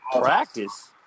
practice